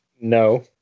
No